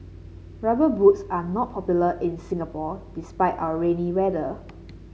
rubber boots are not popular in Singapore despite our rainy weather